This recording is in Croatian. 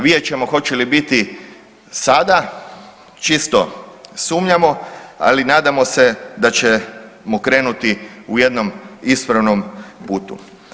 Vidjet ćemo hoće li biti sada, čisto sumnjamo, ali nadamo se da ćemo krenuti u jednom ispravnom putu.